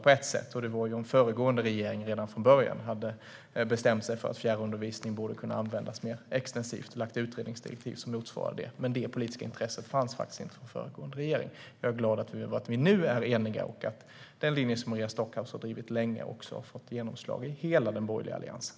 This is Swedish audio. Det hade varit att föregående regering redan från början hade bestämt sig för att fjärrundervisning borde kunna användas mer extensivt och lagt fram utredningsdirektiv som motsvarade det. Men det politiska intresset fanns inte från föregående regering. Jag är glad över att vi nu är eniga och att den linje som Maria Stockhaus har drivit länge också fått genomslag i hela den borgerliga alliansen.